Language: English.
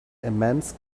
immense